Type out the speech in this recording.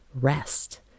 rest